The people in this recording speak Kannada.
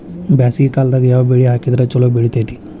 ಬ್ಯಾಸಗಿ ಕಾಲದಾಗ ಯಾವ ಬೆಳಿ ಹಾಕಿದ್ರ ಛಲೋ ಬೆಳಿತೇತಿ?